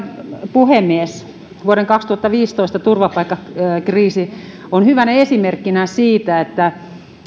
puhemies vuoden kaksituhattaviisitoista turvapaikkakriisi on hyvänä esimerkkinä siitä